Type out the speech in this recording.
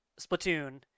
splatoon